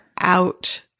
out